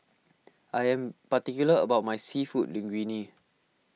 I am particular about my Seafood Linguine